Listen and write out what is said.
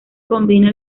combina